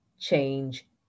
change